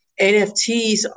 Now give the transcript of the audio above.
NFTs